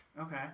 Okay